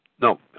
no